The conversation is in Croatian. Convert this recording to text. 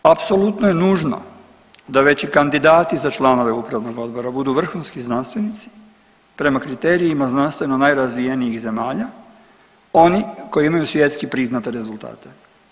Apsolutno je nužno da već i kandidati za članove upravnog odbora budu vrhunski znanstvenici prema kriterijima znanstveno najrazvijenijih zemalja oni koji imaju svjetski priznate rezultate.